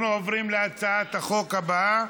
אנחנו עוברים להצעת החוק הבאה,